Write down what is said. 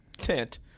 tent